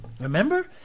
Remember